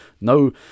no